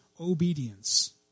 Obedience